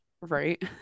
Right